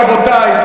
רבותי,